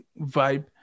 vibe